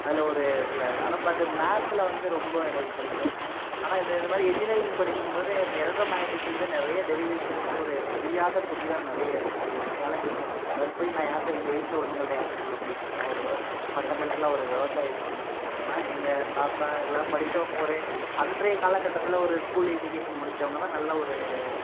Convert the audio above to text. அதில் ஒரு சில ஆனால் பட் மேக்ஸில் வந்து ரொம்ப எனக்கு பிடிக்கும் ஆனால் இந்த இது மாதிரி இன்ஜினியரிங் படிக்கும் போது இந்த எலக்ட்ரோ மேக்னெட்டிக் ஃபீல்டு தான் நிறைய டெரிவேஷன்ஸ் ஒரு புரியாத புதிராக நிறைய இருக்கும் அது ஒரு சேலஞ்சஸாக இருந்துச்சு அதைப் போய் நான் யார்கிட்ட எங்கள் வீட்டில் உள்ளவர்கள்ட்ட யார்கிட்ட சொல்ல முடியும் நான் ஒரு வ ஃபண்டமெண்டலாக ஒரு விவசாய குடும்பத்தை சேர்ந்தவன் எங்கள் தாத்தா எல்லாம் படித்தவங்க ஒரு அன்றைய காலகட்டத்தில் ஒரு ஸ்கூல் எஜுகேஷன் முடித்தவங்க தான் நல்ல ஒரு